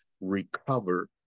recover